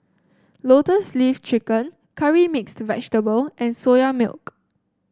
Lotus Leaf Chicken Curry Mixed Vegetable and Soya Milk